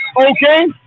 Okay